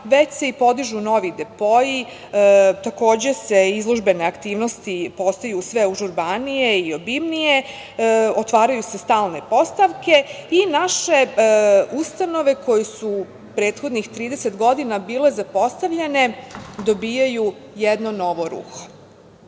već se i podižu novi depoi, takođe izložbene aktivnosti postaju sve užurbanije i obimnije, otvaraju se stalne postavke i naše ustanove koje su prethodnih 30 godina bile zapostavljene dobijaju jedno novo ruho. Danas